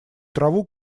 траву